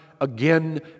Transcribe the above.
again